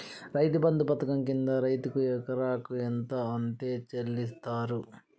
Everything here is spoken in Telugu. రైతు బంధు పథకం కింద రైతుకు ఎకరాకు ఎంత అత్తే చెల్లిస్తరు?